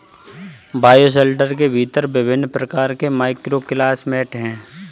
bioshelter के भीतर विभिन्न प्रकार के माइक्रोक्लाइमेट हैं